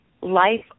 life